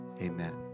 Amen